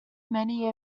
many